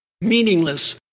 meaningless